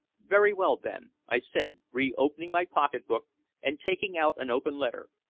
very well, then, i said, re-opening my pocket-book and taking out an open letter.